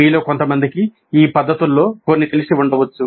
మీలో కొంతమందికి ఈ పద్ధతుల్లో కొన్ని తెలిసి ఉండవచ్చు